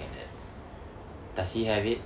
like that does he have it